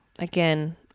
Again